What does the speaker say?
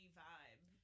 vibe